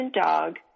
Dog